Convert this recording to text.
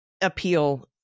appeal –